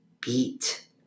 beat